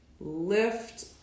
Lift